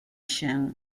się